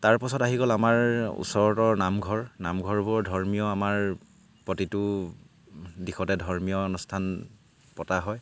তাৰপাছত আহি গ'ল আমাৰ ওচৰৰ নামঘৰ নামঘৰবোৰ ধৰ্মীয় আমাৰ প্ৰতিটো দিশতে ধৰ্মীয় অনুষ্ঠান পতা হয়